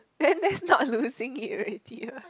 then that's not losing it already what